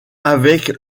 avec